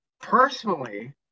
Personally